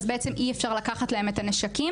אז בעצם אי אפשר לקחת להם את הנשקים.